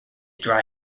dry